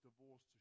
divorce